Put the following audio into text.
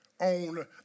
on